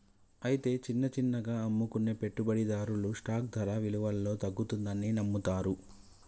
అయితే చిన్న చిన్నగా అమ్ముకునే పెట్టుబడిదారులు స్టాక్ ధర విలువలో తగ్గుతుందని నమ్ముతారు